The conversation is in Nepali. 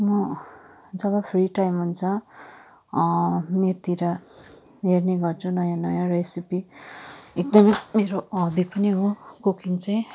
म जब फ्री टाइम हुन्छ नेटतिर हेर्ने गर्छु नयाँ नयाँ रेसिपी एकदम मेरो हबी पनि हो कुकिङ चाहिँ